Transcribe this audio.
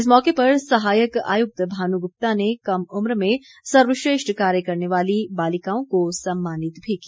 इस मौके पर सहायक आयुक्त भानु गुप्ता ने कम उम्र में सर्वश्रेष्ठ कार्य करने वाली बालिकाओं को सम्मानित भी किया